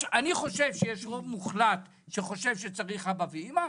יש רוב מוחלט שחושב שצריך "אבא" ו"אימא",